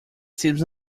seems